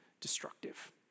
destructive